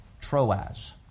Troas